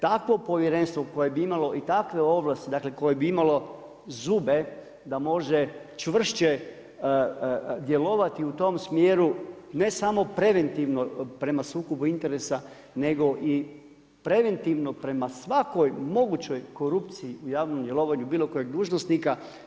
Takvo povjerenstvo koje bi imalo i takve ovlasti, dakle koje bi imalo zube da može čvršće djelovati u tome smjeru ne samo preventivno prema sukobu interesa nego i preventivno prema svakoj mogućoj korupciji u javnim djelovanju bilo kojeg dužnosnika.